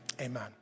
amen